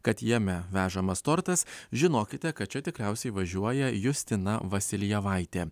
kad jame vežamas tortas žinokite kad čia tikriausiai važiuoja justina vasiljevaitė